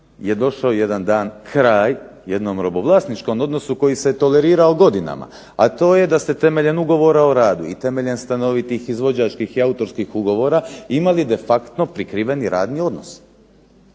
je došao jedan dan kraj jednom robovlasničkom odnosu koji se tolerirao godinama, a to je da ste temeljem ugovora o radu i temeljem stanovitih izvođačkih i autorskih ugovora imali de facto prikriveni radni odnos.